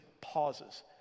pauses